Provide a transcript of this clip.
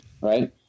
right